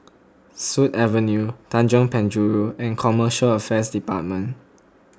Sut Avenue Tanjong Penjuru and Commercial Affairs Department